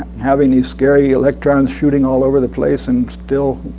having these scary electrons shooting all over the place and still